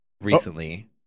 Recently